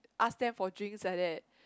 ask them for drinks like that